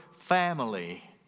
family